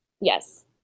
Yes